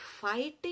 fighting